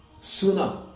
sooner